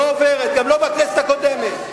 לא עוברת, גם לא בכנסת הקודמת.